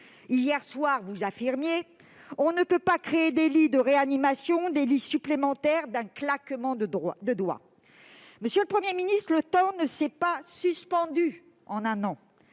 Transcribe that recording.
Hier soir, vous affirmiez encore :« On ne peut pas créer des lits de réanimation supplémentaires d'un claquement de doigts. » Eh oui ! Monsieur le Premier ministre, le temps ne s'est pas suspendu pendant un an.